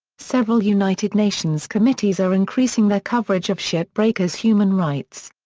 several united nations committees are increasing their coverage of ship breakers' human rights.